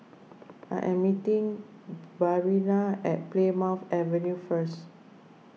I am meeting Bryanna at Plymouth Avenue first